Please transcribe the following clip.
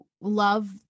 love